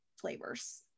flavors